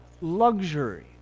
luxury